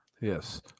Yes